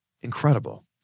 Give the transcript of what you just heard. incredible